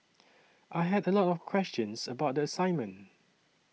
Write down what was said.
I had a lot of questions about the assignment